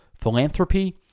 Philanthropy